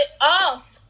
off